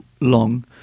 long